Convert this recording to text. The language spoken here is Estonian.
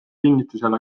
kinnitusel